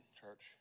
church